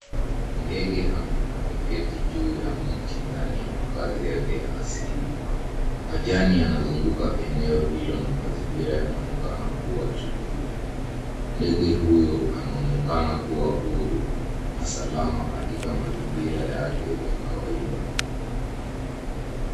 Ndege ameketi juu ya mti ndani ya makazi yake ya asili. Majani yanazunguka eneo hilo na mazingira yanaonekana kuwa tulivu. Ndege huyo anaonekana kuwa huru na salama katika mazingira yake ya kawaida.